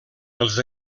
els